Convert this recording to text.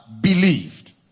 believed